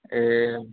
ए